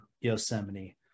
Yosemite